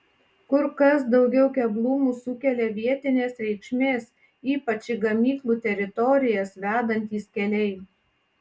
kur kas daugiau keblumų sukelia vietinės reikšmės ypač į gamyklų teritorijas vedantys keliai